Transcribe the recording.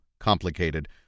complicated